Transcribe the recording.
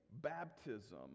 baptism